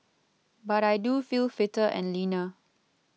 but I do feel fitter and leaner